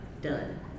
done